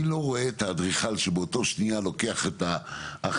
אני לא רואה את האדריכל שבאותה שניה לוקח את ההחלטה